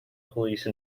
police